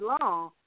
long